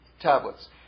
tablets